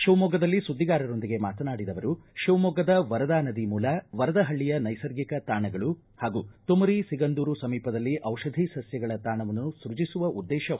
ಶಿವಮೊಗ್ಗದಲ್ಲಿ ಸುದ್ದಿಗಾರರೊಂದಿಗೆ ಮಾತನಾಡಿದ ಅವರು ಶಿವಮೊಗ್ಗದ ವರದಾ ನದಿ ಮೂಲ ವರದಹಳ್ಳಿಯ ನೈಸರ್ಗಿಕ ತಾಣಗಳು ಹಾಗೂ ತುಮರಿ ಒಗಂಧೂರು ಸಮೀಪದಲ್ಲಿ ದಿಷಧಿ ಸಸ್ವಗಳ ತಾಣವನ್ನು ಸ್ಯಜಿಸುವ ಉದ್ದೇಶ ಹೊಂದಲಾಗಿದೆ